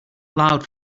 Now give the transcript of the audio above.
loud